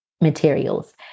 materials